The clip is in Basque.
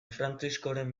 frantziskoren